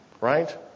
right